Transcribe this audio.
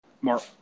mark